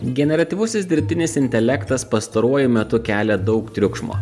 generatyvusis dirbtinis intelektas pastaruoju metu kelia daug triukšmo